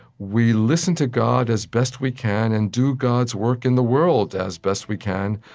we listen to god as best we can and do god's work in the world as best we can,